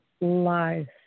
life